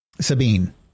Sabine